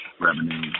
revenue